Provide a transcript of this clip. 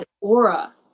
aura